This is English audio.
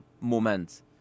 moment